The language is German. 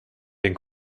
den